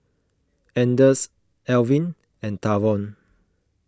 Anders Alvin and Tavon